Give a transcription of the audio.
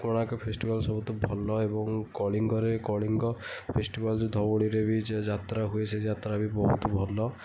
Konark festival ସବୁଠୁ ଭଲ ଏବଂ କଳିଙ୍ଗରେ କଳିଙ୍ଗ ଫେଷ୍ଟିଭାଲ୍ ଯୋଉ ଧଉଳିରେ ଯୋଉ ଯାତ୍ରା ହୁଏ ସେ ଯାତ୍ରାବି ବହୁତ ଭଲ